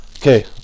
Okay